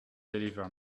deliver